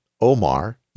Omar